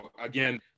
again